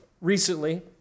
recently